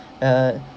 uh